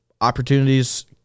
opportunities